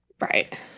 Right